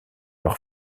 leur